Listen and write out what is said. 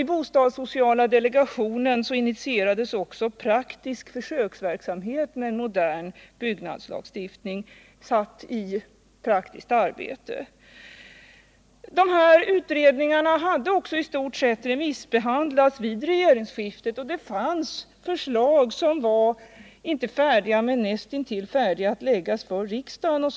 I bostadssociala delegationen initierades också praktisk försöksverksamhet med tillämpningen av principerna för en modern byggnadslagstiftning präglad av en social helhetssyn som vi vill ha. De här utredningarna hade också vid regeringsskiftet i stort sett remissbehandlats, och det fanns förslag som var näst intill färdiga att föreläggas riksdagen.